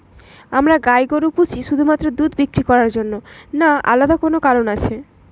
আমরা গাই গরু পুষি শুধুমাত্র দুধ বিক্রি করার জন্য না আলাদা কোনো কারণ আছে?